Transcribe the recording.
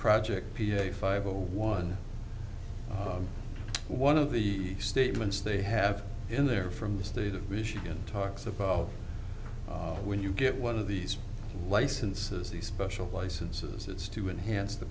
project p a five zero one one of the statements they have in there from the state of michigan talks about when you get one of these licenses these special licenses it's to enhance the